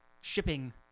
shipping